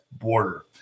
border